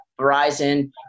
Verizon